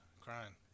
crying